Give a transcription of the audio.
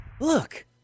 Look